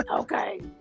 okay